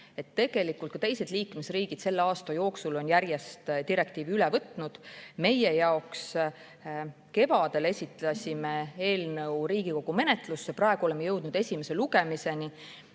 Tegelikult ka teised liikmesriigid on selle aasta jooksul järjest direktiivi üle võtnud. Meie esitasime kevadel eelnõu Riigikogu menetlusse, praegu oleme jõudnud esimese lugemiseni.